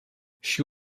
she